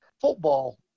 football